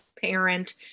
parent